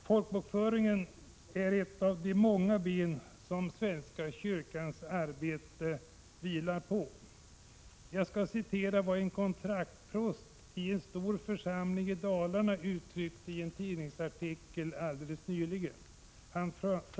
Folkbokföringen är ett av de många ben som svenska kyrkans arbete vilar på. Jag skall citera vad en kontraktsprost i en stor församling i Dalarna uttryckte i en tidningsartikel alldeles nyligen.